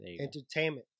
entertainment